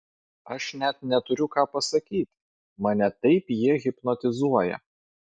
aš net neturiu ką pasakyti mane taip jie hipnotizuoja